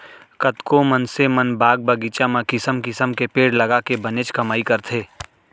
कतको मनसे मन बाग बगीचा म किसम किसम के पेड़ लगाके बनेच कमाई करथे